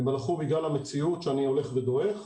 הם הלכו בגלל המציאות שאני הולך ודועך.